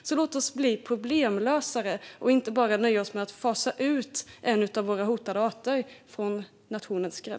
Så låt oss bli problemlösare och inte bara nöja oss med att fasa ut en av våra hotade arter från nationen.